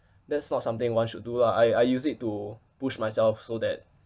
that's not something one should do lah I I use it to push myself so that